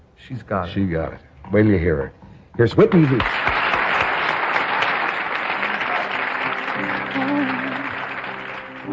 she's goshi. yeah when you hear here's whitney i